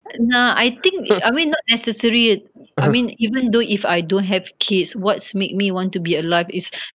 nah I think I mean not necessary I mean even though if I don't have kids what make me want to be alive is